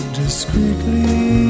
discreetly